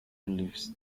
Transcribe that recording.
leaves